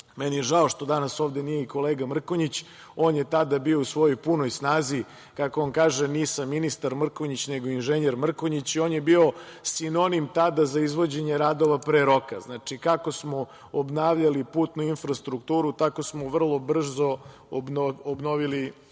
Meni je žao što danas ovde nije i kolega Mrkonjić, on je tada bio u svojoj punoj snazi, kako on kaže: „Nisam ministar Mrkonjić, nego inženjer Mrkonjić“. On je bio sinonim tada za izvođenje radova pre roka. Znači, kako smo obnavljali putnu infrastrukturu, tako smo vrlo brzo obnovili